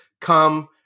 come